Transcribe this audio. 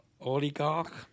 Oligarch